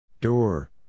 Door